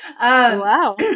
wow